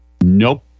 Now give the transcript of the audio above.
Nope